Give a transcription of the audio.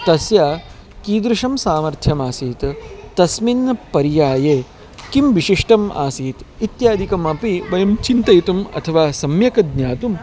तस्य कीदृशं सामर्थ्यमासीत् तस्मिन् पर्याये किं विशिष्टम् आसीत् इत्यादिकमपि वयं चिन्तयितुम् अथवा सम्यक् ज्ञातुम्